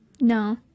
No